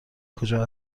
کجا